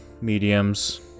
mediums